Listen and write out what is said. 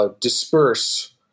Disperse